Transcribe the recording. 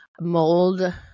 Mold